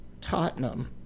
Tottenham